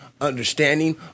understanding